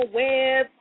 web